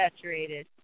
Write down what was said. saturated